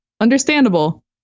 Understandable